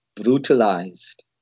brutalized